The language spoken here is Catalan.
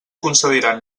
concediran